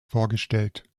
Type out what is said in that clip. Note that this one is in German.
vorgestellt